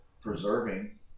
preserving